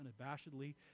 unabashedly